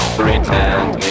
pretend